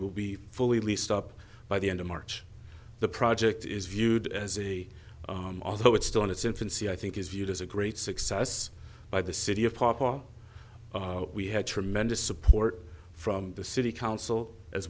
will be fully least up by the end of march the project is viewed as a although it's still in its infancy i think is viewed as a great success by the city of papa we had tremendous support from the city council as